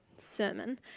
sermon